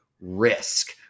risk